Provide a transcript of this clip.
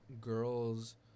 girls